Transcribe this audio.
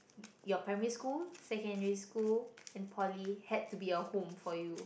your primary school secondary school and poly had to be a home for you